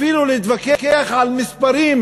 אפילו להתווכח על מספרים,